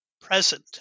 present